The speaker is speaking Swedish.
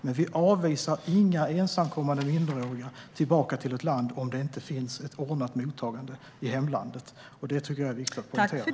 Men vi avvisar inga ensamkommande minderåriga tillbaka till hemlandet om det inte finns ett ordnat mottagande där. Det tycker jag är viktigt att poängtera.